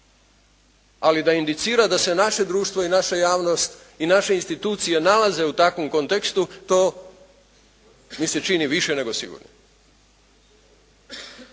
ali da indicira da se naše društvo i naša javnost i naše institucije nalaze u takvom kontekstu, to mi se čini više nego sigurno.